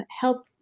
help